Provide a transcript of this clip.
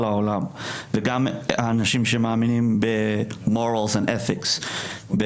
העולם וגם האנשים שמאמינים במורל אנד אטיקס,